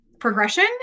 Progression